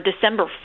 December